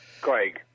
Craig